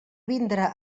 vindre